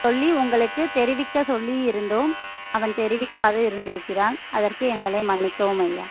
சொல்லி உங்களுக்கு தெரிவிக்க சொல்லி இருந்தோம் அவன் தெரிவிக்காது இருந்திருக்கிறான் அதற்கு எங்களை மன்னிக்கவும் ஐயா